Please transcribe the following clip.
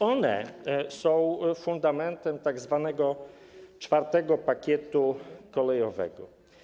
One są fundamentem tzw. IV pakietu kolejowego.